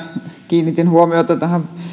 kiinnitin huomiota tähän